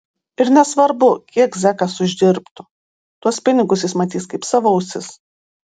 ir nesvarbu kiek zekas uždirbtų tuos pinigus jis matys kaip savo ausis